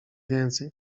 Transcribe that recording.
więcej